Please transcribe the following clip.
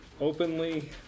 openly